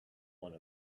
one